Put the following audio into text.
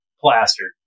plastered